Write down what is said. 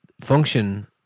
function